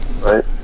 right